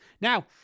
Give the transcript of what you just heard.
Now